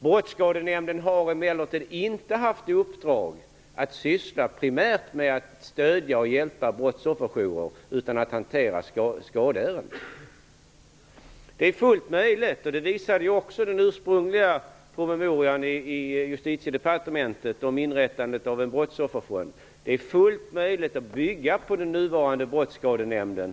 Brottsskadenämnden har emellertid inte haft i uppdrag att syssla primärt med att stödja och hjälpa brottsofferjourer, utan med att hantera skadeärenden. Det är fullt möjligt -- det visade den ursprungliga promemorian i Justitiedepartementet om inrättandet av en brottsofferfond -- att bygga på den nuvarande Brottsskadenämnden.